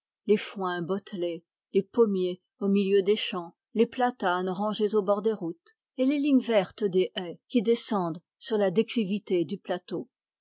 les foins bottelés les pommiers au milieu des champs les platanes rangés au bord des routes et les lignes vertes des haies qui descendent sur la déclivité du plateau